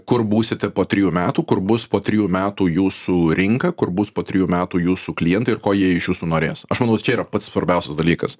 kur būsite po trijų metų kur bus po trijų metų jūsų rinka kur bus po trijų metų jūsų klientai ir ko jie iš jūsų norės aš manau čia yra pats svarbiausias dalykas